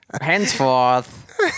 Henceforth